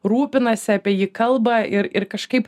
rūpinasi apie jį kalba ir ir kažkaip